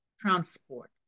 transport